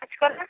কাঁচকলা